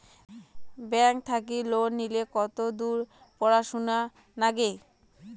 Bank থাকি loan নিলে কতদূর পড়াশুনা নাগে?